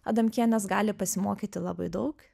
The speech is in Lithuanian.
adamkienės gali pasimokyti labai daug